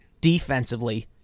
defensively